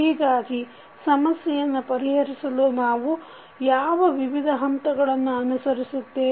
ಹೀಗಾಗಿ ಸಮಸ್ಯೆಯನ್ನು ಪರಿಹರಿಸಲು ನಾವು ಯಾವ ವಿವಿಧ ಹಂತಗಳನ್ನು ಅನುಸರಿಸುತ್ತೇವೆ